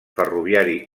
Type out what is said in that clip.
ferroviari